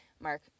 Mark